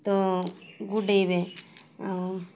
ତ ଗୋଡ଼େଇବେ ଆଉ